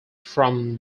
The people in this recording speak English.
from